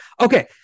Okay